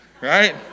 Right